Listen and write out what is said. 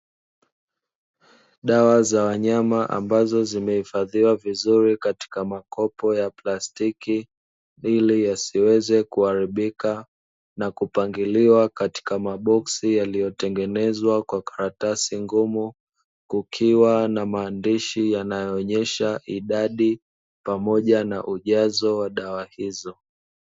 Dawa za wanyama ambazo zimehifadhiwa vizuri katika makopo ya plastiki ili yasiweze kuharibika, na kupangiliwa katika maboksi yaliyotengenezwa kwa karatasi ngumu. Kukiwa na maandishi yanayoonyesha idadi pamoja na ujazo wa dawa hizo.